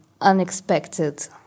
unexpected